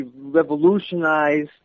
revolutionized